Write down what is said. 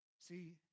See